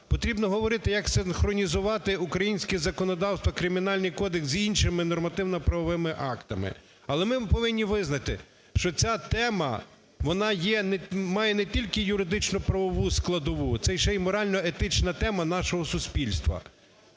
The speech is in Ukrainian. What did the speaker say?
Потрібно говорити, як синхронізувати українське законодавство, Кримінальний кодекс з іншими нормативно-правовими актами. Але ми повинні визнати, що ця тема, вона є, має не тільки юридично-правову складову, це ще і морально-етична тема нашого суспільства.